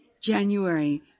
January